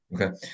Okay